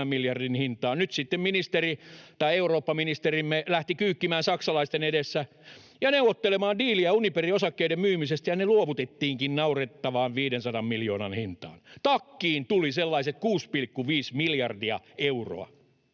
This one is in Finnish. Nyt sitten eurooppaministerimme lähti kyykkimään saksalaisten edessä ja neuvottelemaan diiliä Uniperin osakkeiden myymisestä, ja ne luovutettiinkin naurettavaan 500 miljoonan hintaan. Takkiin tuli sellaiset 6,5 miljardia euroa.